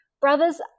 Brothers